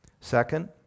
Second